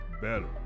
better